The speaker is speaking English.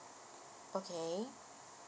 okay